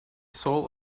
soul